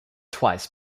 twice